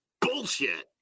bullshit